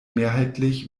mehrheitlich